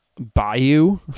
Bayou